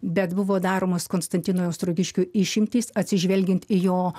bet buvo daromos konstantinui ostrogiškiui išimtys atsižvelgiant į jo